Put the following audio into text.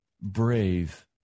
brave